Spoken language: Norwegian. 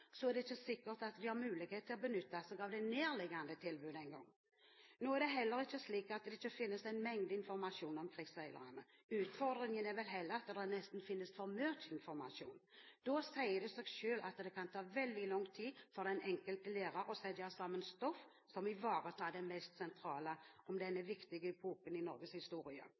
er det ikke sikkert de har mulighet til å benytte seg av det nærliggende tilbudet engang. Det er heller ikke slik at det ikke finnes en mengde informasjon om krigsseilerne. Utfordringen er vel heller at det nesten finnes for mye informasjon. Da sier det seg selv at det kan ta veldig lang tid for den enkelte lærer å sette sammen stoff som ivaretar det mest sentrale om denne viktige epoken i Norges historie.